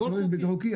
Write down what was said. הכול חוקי,